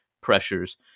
pressures